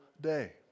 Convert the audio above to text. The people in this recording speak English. day